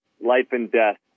life-and-death